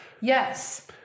Yes